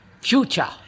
future